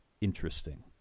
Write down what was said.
interesting